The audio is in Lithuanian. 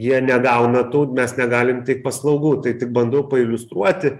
jie negauna tų mes negalim teikt paslaugų tai tik bandau pailiustruoti